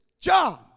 John